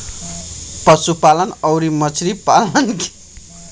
पशुपालन अउरी मछरी पालन के जनगणना ढेर समय से चलत आवत बाटे